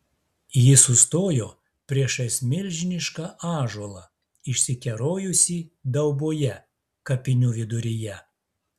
ji sustojo priešais milžinišką ąžuolą išsikerojusį dauboje kapinių viduryje